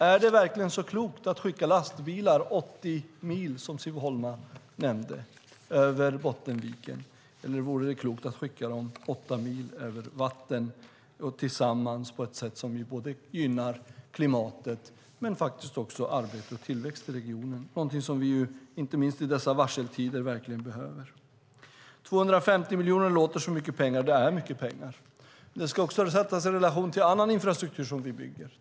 Är det verkligen så klokt att skicka lastbilar 80 mil, som Siv Holma nämnde, över Bottenviken? Eller vore det klokt att skicka dem 8 mil över vatten, på ett sätt som gynnar inte bara klimatet utan också arbete och tillväxt i regionen? Det är något vi inte minst i dessa varseltider verkligen behöver. Summan 250 miljoner låter som mycket pengar, och det är mycket pengar. Det ska också sättas i relation till annan infrastruktur vi bygger.